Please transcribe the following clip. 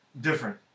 different